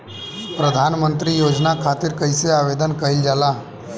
प्रधानमंत्री योजना खातिर कइसे आवेदन कइल जाला?